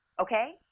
okay